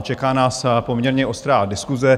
Čeká nás poměrně ostrá diskuse.